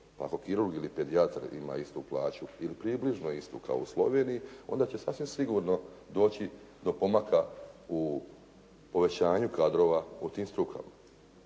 Ako kirurg ili pedijatar ima istu plaću ili približno istu kao u Sloveniji, onda će sasvim sigurno doći do pomaka u povećanju kadrova u tim strukama.